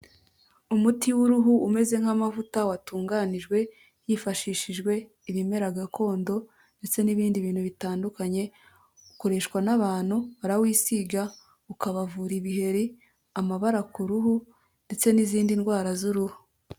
Umuti w'uruhu, umeze nk'amavuta, watunganijwe hifashishijwe ibimera gakondo, ndetse n'ibindi bintu bitandukanye, ukoreshwa n'abantu, barawisiga ukabavura ibiheri, amabara ku ruhu, ndetse n'izindi ndwara z'uruhu.